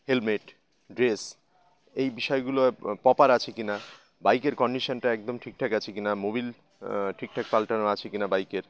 helmet dress এই বিষয়গুলো proper আছে কি না বাইকের কন্ডিশানটা একদম ঠিকঠাক আছে কি না মোবাইল ঠিকঠাক পাল্টানো আছে কি না বাইকের